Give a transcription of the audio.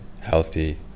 healthy